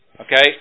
okay